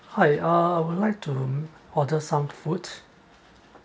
hi uh I would like to order some food